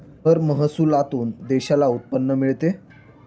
कर महसुलातून देशाला उत्पन्न मिळते